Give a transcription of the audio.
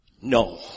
No